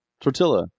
Tortilla